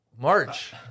March